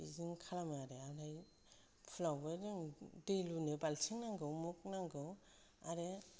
बिदिनो खालामो आरो ओमफ्राय फुलावबो जों दै लुनो बाल्थिं नांगौ मग नांगौ आरो